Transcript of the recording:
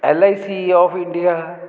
L I C of India